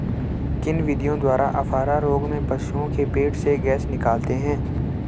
किन विधियों द्वारा अफारा रोग में पशुओं के पेट से गैस निकालते हैं?